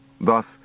Thus